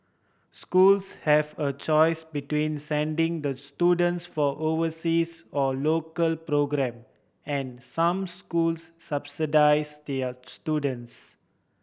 schools have a choice between sending the students for overseas or local programme and some schools subsidise their students